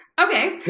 Okay